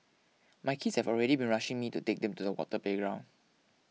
my kids have already been rushing me to take them to the water playground